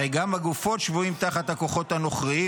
הרי גם הגופות שבויים תחת הכוחות הנכרים,